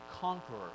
conqueror